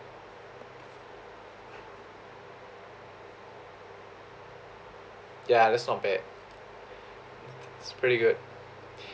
ya that's not bad it's pretty good